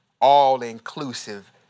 all-inclusive